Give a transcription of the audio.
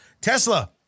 Tesla